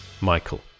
Michael